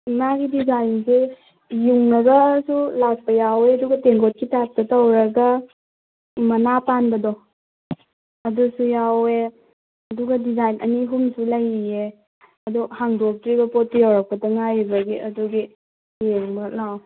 ꯃꯥꯒꯤ ꯗꯤꯖꯥꯏꯟꯁꯦ ꯌꯨꯡꯂꯒꯁꯨ ꯂꯥꯛꯄ ꯌꯥꯎꯋꯦ ꯑꯗꯨꯒ ꯇꯦꯡꯒꯣꯠꯀꯤ ꯇꯥꯏꯞꯇ ꯇꯧꯔꯒ ꯃꯅꯥ ꯄꯥꯟꯕꯗꯣ ꯑꯗꯨꯁꯨ ꯌꯥꯎꯋꯦ ꯑꯗꯨꯒ ꯗꯤꯖꯥꯏꯟ ꯑꯅꯤ ꯑꯍꯨꯝꯁꯨ ꯂꯩꯌꯦ ꯑꯗꯨ ꯍꯥꯡꯗꯣꯛꯇ꯭ꯔꯤꯕ ꯄꯣꯠꯇꯤ ꯌꯧꯔꯛꯄꯗ ꯉꯥꯏꯔꯤꯕꯒꯤ ꯑꯗꯨꯒꯤ ꯌꯦꯡꯕ ꯂꯥꯛꯑꯣ